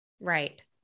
Right